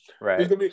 Right